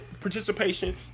participation